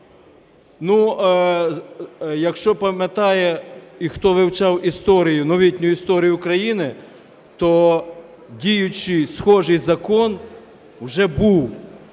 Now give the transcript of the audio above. Якщо пам'ятає і хто вивчав історію, новітню історію України, то діючий схожий закон вже був